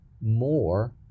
more